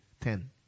ten